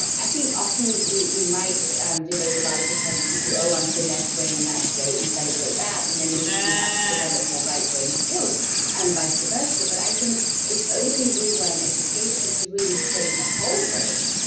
i think often we we might um devote a lot of attention to oh, i'm so left brain and that's great and celebrate that. and then, maybe we have to develop more right brain skills and vice versa, but i think if only we want education to really train the whole brain,